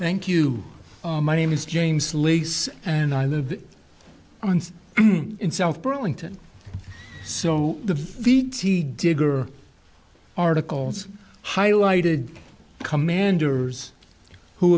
thank you my name is james lease and i live in south burlington so the digger articles highlighted commanders who